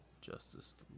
Justice